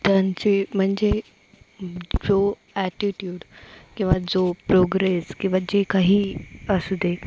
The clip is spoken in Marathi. त्यांचे म्हणजे जो ॲटिट्यूड किंवा जो प्रोग्रेस किंवा जे काही असू दे